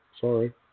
sorry